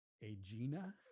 Aegina